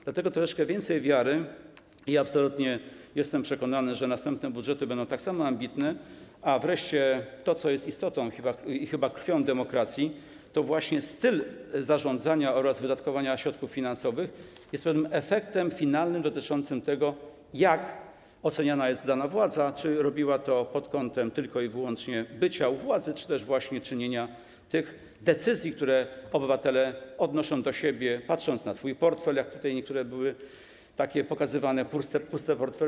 Dlatego troszeczkę więcej wiary i absolutnie jestem przekonany o tym, że następne budżety będą tak samo ambitne, a wreszcie to, co jest istotą i chyba krwią demokracji, to właśnie styl zarządzania oraz wydatkowania środków finansowych jest pewnym efektem finalnym dotyczącym tego, jak oceniana jest dana władza, czy robiła to pod kątem tylko i wyłącznie bycia u władzy, czy też właśnie czynienia decyzji, które obywatele odnoszą do siebie, patrząc na swój portfel, jak tutaj były pokazywane niektóre puste portfele.